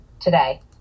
Today